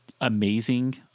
amazing